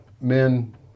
men